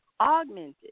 augmented